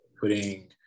putting